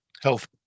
health